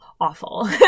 awful